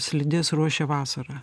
slides ruošia vasarą